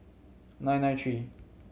nine nine three